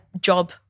job